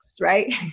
Right